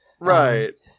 Right